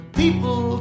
people